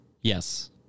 Yes